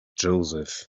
joseph